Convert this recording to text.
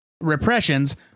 repressions